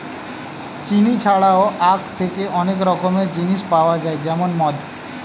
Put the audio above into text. চিনি ছাড়াও আখ থেকে অনেক রকমের জিনিস পাওয়া যায় যেমন মদ